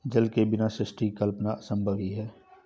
जल के बिना सृष्टि की कल्पना असम्भव ही है